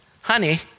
honey